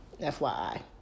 FYI